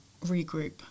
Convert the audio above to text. regroup